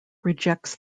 rejects